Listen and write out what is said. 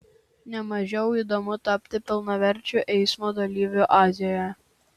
ne mažiau įdomu tapti pilnaverčiu eismo dalyviu azijoje